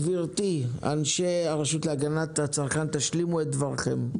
גברתי, אנשי הרשות להגנת הצרכן, תשלימו את דברכם.